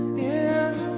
is